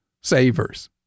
savers